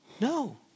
No